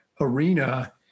arena